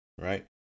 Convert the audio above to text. Right